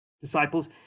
disciples